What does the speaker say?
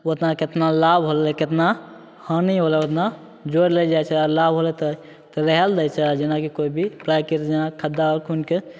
ओतना केतना लाभ होलै केतना हानि होलै ओतना जोड़ि लै जाइत छै लाभ होएत तऽ तऽ रहए लऽ दै छै जेनाकि कोइ भी प्राकृति खद्दा आर खुनिके